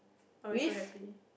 I was so happy